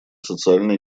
социально